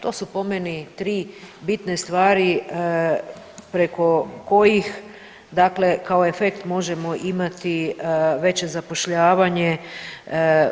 To su po meni 3 bitne stvari preko kojih dakle kao efekt možemo imati veće zapošljavanje